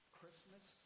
Christmas